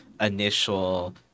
initial